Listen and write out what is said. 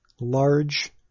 large